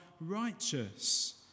righteous